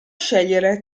scegliere